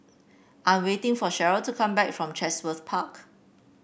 I'm waiting for Cheryle to come back from Chatsworth Park